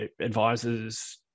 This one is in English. advisors